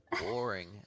boring